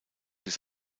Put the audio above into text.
des